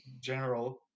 general